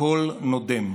הקול נודם.